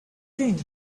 thing